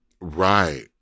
right